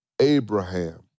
Abraham